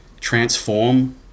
transform